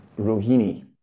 Rohini